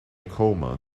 coma